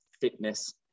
Fitness